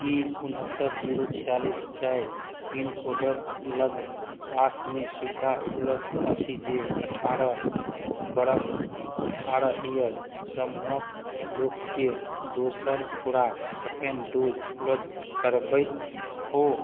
की उनहत्तर जीरो छियालीस चारि पिनकोडक लगपासमे सुविधा उपलब्ध अछि जे अठारह बरख अठारह ईयर समूहक लोकके दोसर खुराक सेकण्ड डोज उपलब्ध करबैत हो